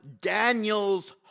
Daniel's